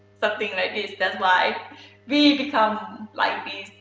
something like this, that's why we become like